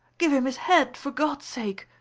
give him his head, for god's sake.